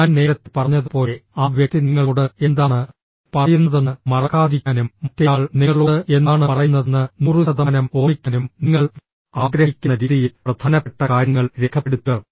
ഞാൻ നേരത്തെ പറഞ്ഞതുപോലെ ആ വ്യക്തി നിങ്ങളോട് എന്താണ് പറയുന്നതെന്ന് മറക്കാതിരിക്കാനും മറ്റേയാൾ നിങ്ങളോട് എന്താണ് പറയുന്നതെന്ന് 100 ശതമാനം ഓർമ്മിക്കാനും നിങ്ങൾ ആഗ്രഹിക്കുന്ന രീതിയിൽ പ്രധാനപ്പെട്ട കാര്യങ്ങൾ രേഖപ്പെടുത്തുക